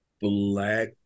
black